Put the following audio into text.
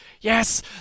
yes